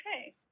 okay